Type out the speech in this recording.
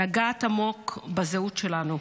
לגעת עמוק בזהות שלנו,